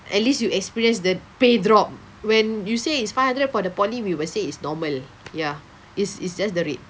at least you experience the paydrop when you say it's five hundred for the poly we will say it's normal ya it's it's just the rate